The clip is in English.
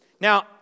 Now